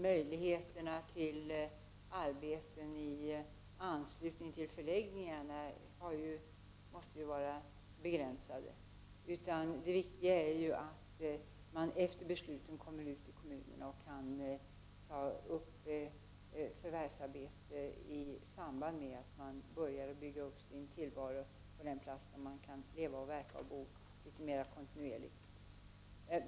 Möjligheterna att få arbeten i anslutning till förläggningarna måste vara begränsade. Det viktiga är att man efter besluten kommer ut i kommunerna och kan ta upp förvärvsarbete i samband med att man börjar bygga upp sin tillvaro på den plats där man kan leva, verka och bo litet mera kontinuerligt.